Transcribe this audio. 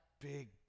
big